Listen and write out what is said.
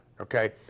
okay